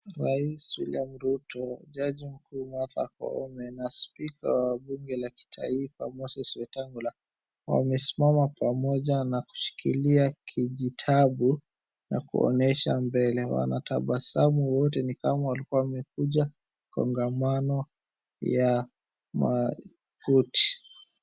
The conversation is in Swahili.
Rais William Ruto, Jaji Mkuu Martha Koome na spika wa bunge la kitaifa Moses Wetangula wamesimama pamoja na kushikilia kijitabu na kuonesha mbele. Wanatabasamu wote ni kama walikuwa wamekuja kongamano ya Koti.